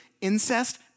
incest